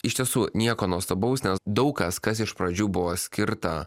iš tiesų nieko nuostabaus nes daug kas kas iš pradžių buvo skirta